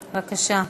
בבקשה.